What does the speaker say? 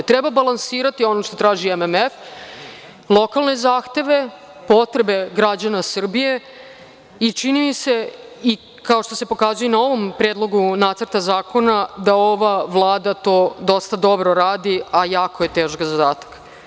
Treba balansirati ono što traži MMF, lokalne zahteve, potrebe građana Srbije i kao što se pokazuje na ovom predlogu nacrta zakona da ova Vlada to dosta dobro radi, a jako je težak zadatak.